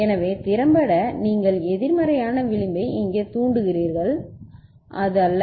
எனவே திறம்பட நீங்கள் எதிர்மறையான விளிம்பை இங்கே தூண்டுகிறீர்கள் அது அல்ல